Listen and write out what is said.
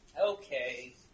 Okay